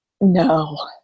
no